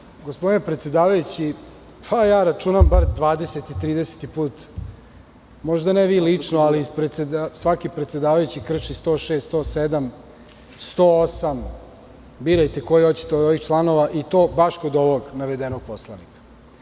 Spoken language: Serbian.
Vidite, ovo je, gospodine predsedavajući, pa ja računam, bar 20, 30. put, možda ne vi lično, ali svaki predsedavajući krši član 106, 107, 108, birajte koji hoćete od ovih članova i to baš kod ovog navedenog posla.